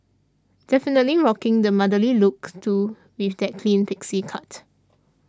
definitely rocking the motherly look too with that clean pixie cut